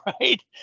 right